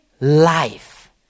life